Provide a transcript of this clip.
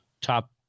top